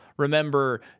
Remember